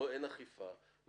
לא מבצעת אכיפה,